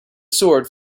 sword